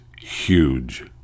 huge